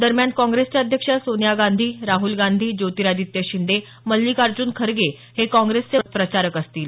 दरम्यान काँग्रेसच्या अध्यक्ष सोनिया गांधी राहुल गांधी ज्योतिरादित्य शिंदे मल्लिकार्जुन खरगे हे काँग्रेसचे प्रमुख प्रचारक असतील